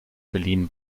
berlin